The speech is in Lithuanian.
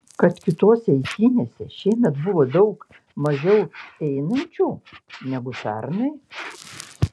kad kitose eitynėse šiemet buvo daug mažiau einančių negu pernai